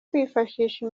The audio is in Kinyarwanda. kwifashisha